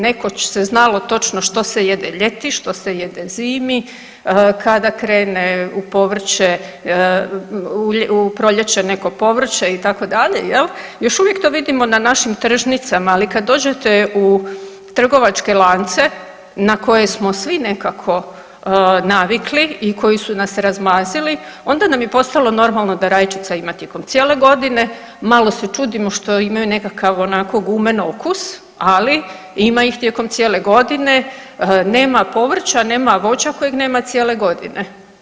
Nekoć se znalo točno što se jede ljeti, što jede zimi, kada krene u proljeće neko povrće itd., jel', još uvijek to vidimo na našim tržnicama ali kad dođete u trgovačke lance na koje smo svi nekako navikli i koji su nas razmazili, onda nam je postalo normalno da rajčica ima tijekom cijele godine, malo čudimo što imaju nekakav onako gumen okus, ali ima ih tijekom cijele godine, nema povrća, nema voća kojeg nema cijele godine.